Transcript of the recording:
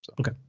okay